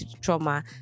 trauma